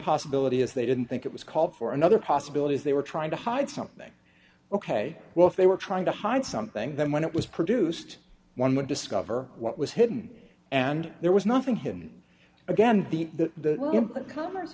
possibility is they didn't think it was called for another possibility is they were trying to hide something ok well if they were trying to hide something then when it was produced one would discover what was hidden and there was nothing hidden again the the employer commer